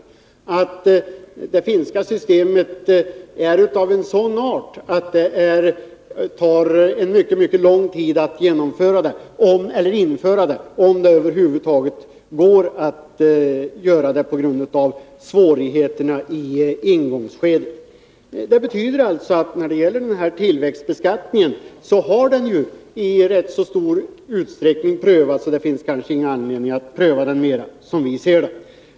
Utredningen menar att det finska systemet är av sådan art att det tar mycket lång tid att införa det, om det över huvud taget är möjligt att göra det, på grund av svårigheterna i ingångsskedet. Detta betyder att tillväxtbeskattningen i stor utsträckning har prövats och att det inte finns någon anledning att pröva den ytterligare.